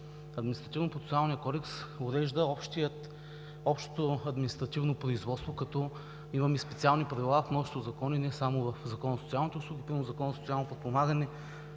Административнопроцесуалният кодекс урежда общото административно производство, като имаме специални правила в множество закони, не само в Закона за социалните услуги, примерно в Закона за социалното подпомагане,